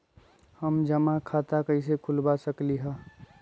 हम जमा खाता कइसे खुलवा सकली ह?